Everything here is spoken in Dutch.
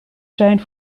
zijn